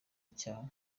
icyaha